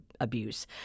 abuse